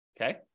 Okay